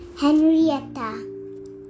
henrietta